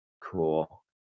cool